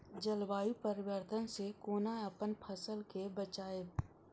जलवायु परिवर्तन से कोना अपन फसल कै बचायब?